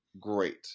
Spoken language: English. great